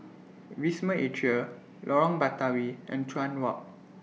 Wisma Atria Lorong Batawi and Chuan Walk